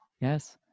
Yes